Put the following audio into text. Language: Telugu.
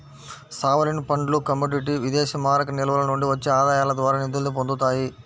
సావరీన్ ఫండ్లు కమోడిటీ విదేశీమారక నిల్వల నుండి వచ్చే ఆదాయాల ద్వారా నిధుల్ని పొందుతాయి